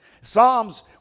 Psalms